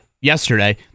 yesterday